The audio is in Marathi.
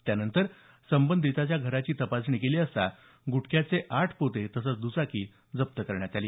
त्यानंतर घराची तपासणी केली असता गुटख्याचे आठ पोते तसंच द्चाकी जप्त करण्यात आली